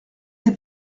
des